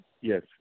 Yes